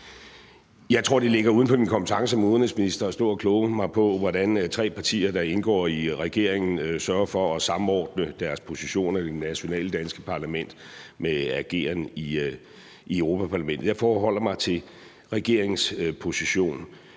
Jeg tror, det ligger uden for min kompetence som udenrigsminister at stå og kloge mig på, hvordan tre partier, der indgår i regeringen, sørger for at samordne deres positioner i det nationale danske parlament med, hvordan der bliver ageret i Europa-Parlamentet. Jeg forholder mig til regeringens position.